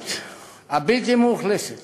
המדברית הבלתי-מאוכלסת